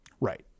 Right